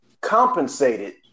compensated